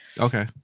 Okay